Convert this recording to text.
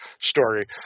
story